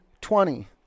Twenty